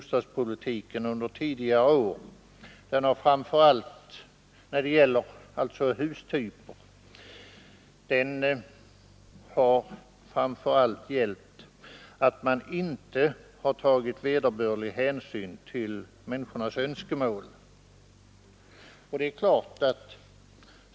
Såväl mitt parti som andra partier inom oppositionen har under tidigare år riktat kritik mot detta och framför allt mot valet av hustyper.